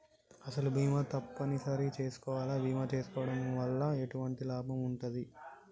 అసలు బీమా తప్పని సరి చేసుకోవాలా? బీమా చేసుకోవడం వల్ల ఎటువంటి లాభం ఉంటది?